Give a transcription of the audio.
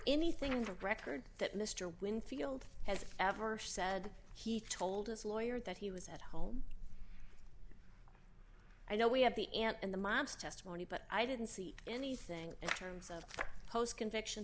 anything directly that mr winfield has ever said he told us lawyer that he was at home i know we have the aunt and the mob's testimony but i didn't see anything in terms of post conviction